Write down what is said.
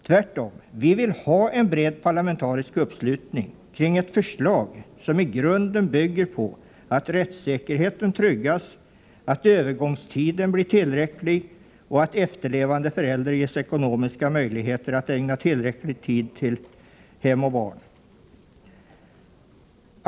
Tvärtom vill vi ha en bred parlamentarisk uppslutning kring ett förslag, som i grunden bygger på att rättssäkerheten tryggas, att övergångstiden blir tillräcklig och att efterlevande förälder ges ekonomiska möjligheter att ägna tillräcklig tid åt hem och barn.